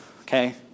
okay